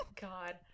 god